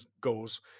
goes